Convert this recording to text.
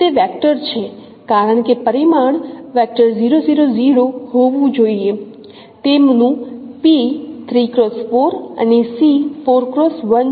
તે વેક્ટર છે કારણ કે પરિમાણ હોવું જોઈએ તેનું અને છે